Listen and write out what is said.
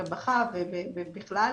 הרווחה ובכלל.